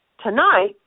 tonight